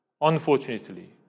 unfortunately